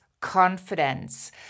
confidence